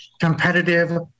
competitive